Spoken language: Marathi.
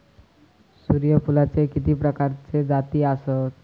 सूर्यफूलाचे किती प्रकारचे जाती आसत?